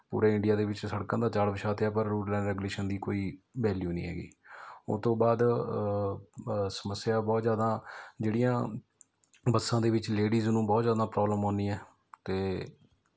ਪੂਰੇ ਇੰਡੀਆ ਦੇ ਵਿੱਚ ਸੜਕਾਂ ਦਾ ਜਾਲ ਵਿਛਾਤੇ ਆ ਪਰ ਰੂਲ ਰੈਗੂਲੇਸ਼ਨ ਦੀ ਕੋਈ ਵੈਲਿਊ ਨਹੀਂ ਹੈਗੀ ਉਹ ਤੋਂ ਬਾਅਦ ਸਮੱਸਿਆ ਬਹੁਤ ਜ਼ਿਆਦਾ ਜਿਹੜੀਆਂ ਬੱਸਾਂ ਦੇ ਵਿੱਚ ਲੇਡੀਜ਼ ਨੂੰ ਬਹੁਤ ਜ਼ਿਆਦਾ ਪ੍ਰੋਬਲਮ ਆਉਦੀ ਹੈ ਅਤੇ